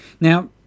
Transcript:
Now